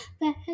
Back